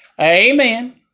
Amen